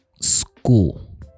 school